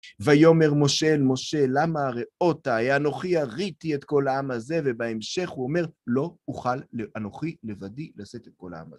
ויאמר משה אל משה, למה הרעותה? האנוכי הריתי את כל העם הזה, ובהמשך הוא אומר, לא אוכל אנוכי לבדי לשאת את כל העם הזה.